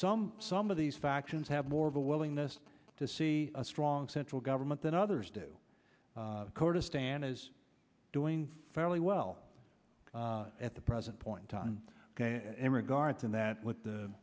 some some of these factions have more of a willingness to see a strong central government than others do kurdistan is doing fairly well at the present point and in regard to that with the